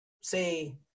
say